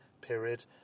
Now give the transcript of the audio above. period